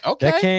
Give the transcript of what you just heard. Okay